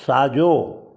साजो॒